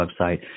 website